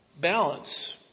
Balance